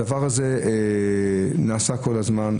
הדבר הזה נעשה כל הזמן.